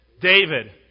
David